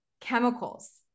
chemicals